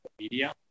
media